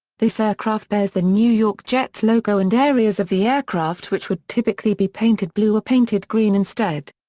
this aircraft bears the new york jets logo and areas of the aircraft which would typically be painted blue are painted green instead.